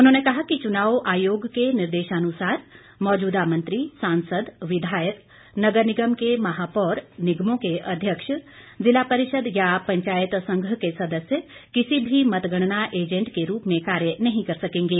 उन्होंने कहा कि चुनाव आयोग के निर्देशानुसार मौजूदा मंत्री सांसद विधायक नगर निगम के महापौर निगमों के अध्यक्ष ज़िला परिषद् या पंचायत संघ के सदस्य किसी भी मतगणना एजेंट के रूप में कार्य नहीं कर सकेंगे